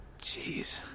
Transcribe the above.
Jeez